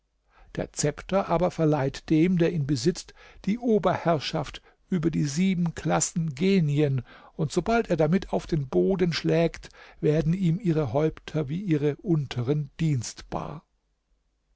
der zepter aber verleiht dem der ihn besitzt die oberherrschaft über die sieben klassen genien und sobald er damit auf den boden schlägt werden ihm ihre häupter wie ihre unteren dienstbar